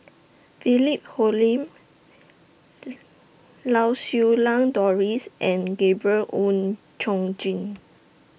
Philip Hoalim Lau Siew Lang Doris and Gabriel Oon Chong Jin